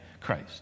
Christ